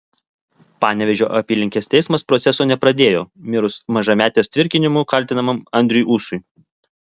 panevėžio apylinkės teismas proceso nepradėjo mirus mažametės tvirkinimu kaltinamam andriui ūsui